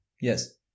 Yes